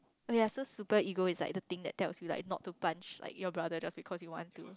oh ya so super ego is like the thing that tells you like not to punch like your brother just because you want to